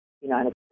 United